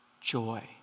Joy